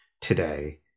today